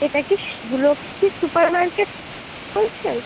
এটা কি Shibu Lakshmi super market বলছেন